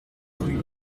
rue